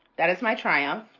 that is my triumph.